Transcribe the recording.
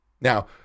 Now